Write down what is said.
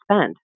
spend